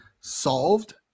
solved –